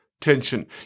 tension